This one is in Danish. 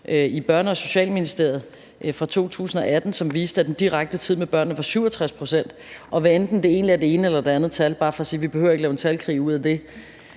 i Børne- og Socialministeriet fra 2018, som viste, at den direkte tid med børnene var 67 pct. Hvad enten det er det ene eller det andet – det er bare for at sige, at vi ikke behøver at lave en talkrig ud af det